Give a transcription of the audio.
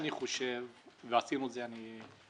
את "מרשמים והפניות"